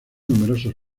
numerosos